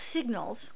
signals